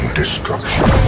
destruction